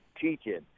teaching